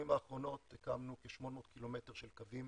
האחרונות הקמנו כ-800 ק"מ של קווים,